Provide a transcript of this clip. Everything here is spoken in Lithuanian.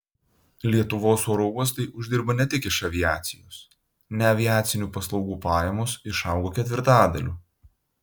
lietuvos oro uostai uždirba ne tik iš aviacijos neaviacinių paslaugų pajamos išaugo ketvirtadaliu